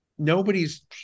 nobody's